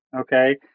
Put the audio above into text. okay